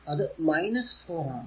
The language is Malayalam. അത് 4 ആണ്